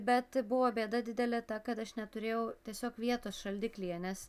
bet buvo bėda didelė ta kad aš neturėjau tiesiog vietos šaldiklyje nes